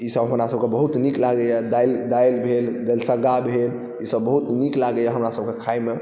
ईसब हमरासबके बहुत नीक लागैए दालि भेल दालिसग्गा भेल ईसब बहुत नीक लागैए हमरासबके खाइमे